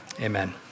amen